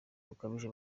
bukabije